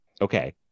okay